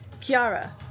Kiara